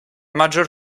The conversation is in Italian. maggior